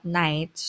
night